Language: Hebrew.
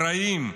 קרעים,